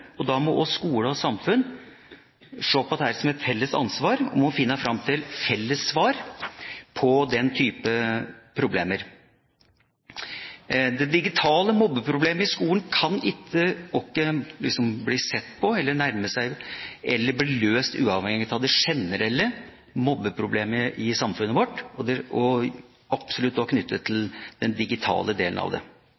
Da må også skole og samfunn se på dette som et felles ansvar for å finne fram til felles svar på den typen problemer. Vi kan ikke nærme oss problemet med digital mobbing i skolen og få det løst uavhengig av det generelle mobbeproblemet i samfunnet vårt. Det er absolutt knyttet til